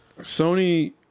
Sony